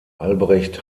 albrecht